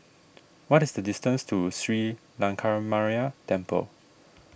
what is the distance to Sri Lankaramaya Temple